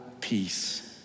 peace